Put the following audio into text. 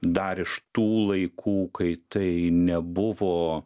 dar iš tų laikų kai tai nebuvo